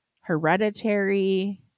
Hereditary